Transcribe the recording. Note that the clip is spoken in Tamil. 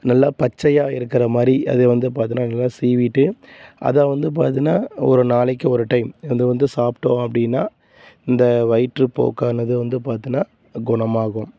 நல்லா பச்சையாக இருக்கிற மாதிரி அதை வந்து பார்த்தின்னா நல்லா சீவிட்டு அதை வந்து பார்த்தின்னா ஒரு நாளைக்கு ஒரு டைம் இதை வந்து வந்து சாப்பிட்டோம் அப்படின்னா இந்த வயிற்றுப்போக்கானது வந்து பார்த்தின்னா குணமாகும்